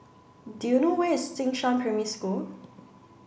do you know where is Jing Shan Primary School